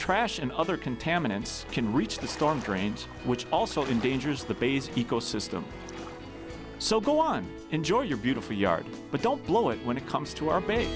trash and other contaminants can reach the storm drains which also in danger's the bays ecosystem so go on enjoy your beautiful yard but don't blow it when it comes to our